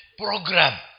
program